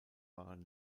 waren